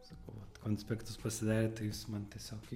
sakau vat konspektus pasidarėt tai jūs man tiesiog į